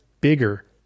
bigger